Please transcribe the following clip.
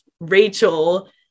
Rachel